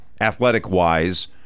athletic-wise